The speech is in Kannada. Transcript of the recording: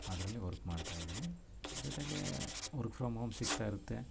ಅದರಲ್ಲಿ ವರ್ಕ್ ಮಾಡ್ತಾಯಿದೀನಿ ಜೊತೆಗೆ ವರ್ಕ್ ಫ್ರಮ್ ಹೋಮ್ ಸಿಕ್ತಾ ಇರುತ್ತೆ